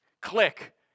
click